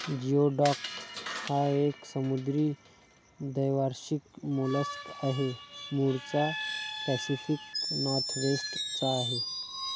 geoduck हा एक समुद्री द्वैवार्षिक मोलस्क आहे, मूळचा पॅसिफिक नॉर्थवेस्ट चा आहे